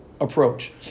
approach